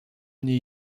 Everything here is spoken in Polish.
niej